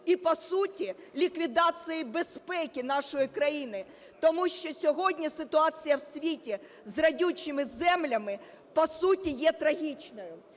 і, по суті, ліквідації безпеки нашої країни, тому що сьогодні ситуація у світі з родючими землями, по суті, є трагічною.